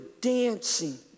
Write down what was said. dancing